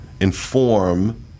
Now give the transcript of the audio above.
inform